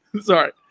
sorry